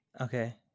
Okay